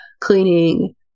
cleaning